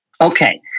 Okay